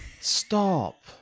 Stop